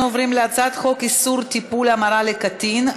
אנחנו עוברים להצעת חוק איסור טיפול המרה לקטין,